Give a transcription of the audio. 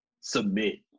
submit